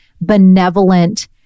benevolent